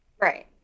right